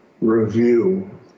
review